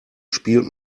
spielt